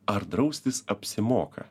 ar draustis apsimoka